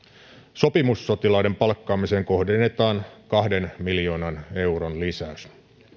sopimussotilaiden palkkaamiseen kohdennetaan kahden miljoonan euron lisäys